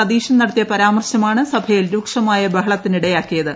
സതീശൻ നടത്തിയ പരാമർശമാണ് സഭയിൽ രുക്ഷമായ ബഹളത്തിനിടയാക്കിയത്